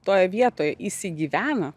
toje vietoje įsigyvena